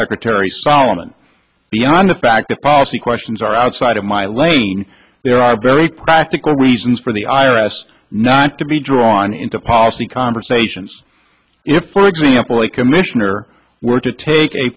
secretary solomon beyond the fact that policy questions are outside of my lane there are very practical reasons for the i r s not to be drawn into policy conversations if for example a commissioner were to take a